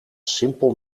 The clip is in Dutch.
simpel